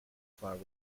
far